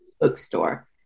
bookstore